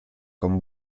con